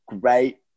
great